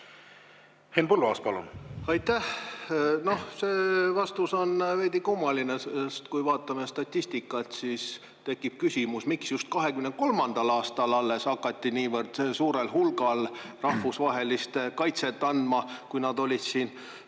Henn Põlluaas, palun! Aitäh! Noh, see vastus on veidi kummaline, sest kui vaatame statistikat, siis tekib küsimus, miks just 2023. aastal alles hakati niivõrd suurel hulgal rahvusvahelist kaitset andma, kui nad olid siin